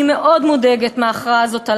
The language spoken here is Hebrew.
אני מאוד מודאגת מההכרעה הזאת,